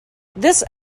this